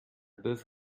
boeuf